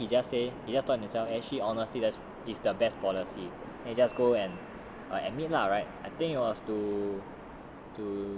you know but in the end he just say he just thought to himself actually honestly this is the best policy and just go and or admit lah right I think it was to